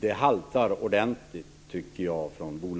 Det haltar ordentligt, tycker jag, från Bo